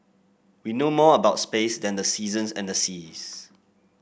we know more about space than the seasons and the seas